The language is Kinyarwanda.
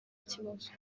kibazo